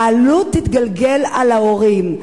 העלות תתגלגל על ההורים.